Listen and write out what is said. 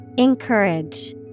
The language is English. Encourage